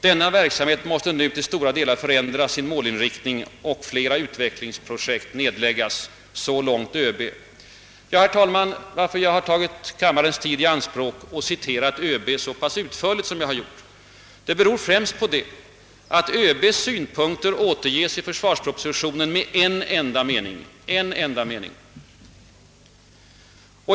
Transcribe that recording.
Denna verksamhet måste nu till stora delar förändra sin målinriktning och flera utvecklingsprojekt nedläggas.» Så långt ÖB. Herr talman! Att jag har tagit kammarens tid i anspråk genom att citera överbefälhavaren så pass utförligt beror främst på att hans synpunkter återges i försvarspropositionen med en enda mening.